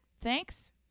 thanks